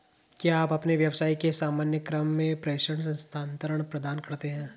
क्या आप अपने व्यवसाय के सामान्य क्रम में प्रेषण स्थानान्तरण प्रदान करते हैं?